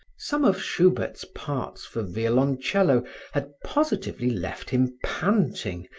some of schubert's parts for violoncello had positively left him panting,